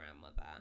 grandmother